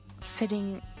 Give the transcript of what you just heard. fitting